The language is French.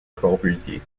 corbusier